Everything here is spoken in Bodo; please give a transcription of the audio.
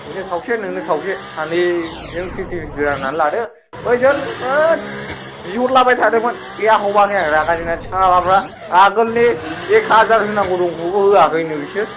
बिनो खावसे नोंनो खावसे सानैजों फिबटि फिबटि राननानै लादो बैसोर होद बिहरलाबाय थादोंमोन गैया हमाखै आङो रागा जोंनानै सालाफ्रा आगोलनि एक हाजार होनांगौ दंखौबो होयाखैनो बिसोर